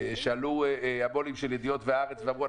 שעלו המו"לים של ידיעות והארץ ואמרו,